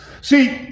See